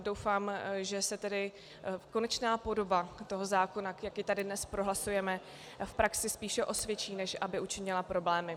Doufám, že se konečná podoba toho zákona, jak jej tady dnes prohlasujeme, v praxi spíše osvědčí, než aby učinila problémy.